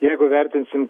jeigu vertinsim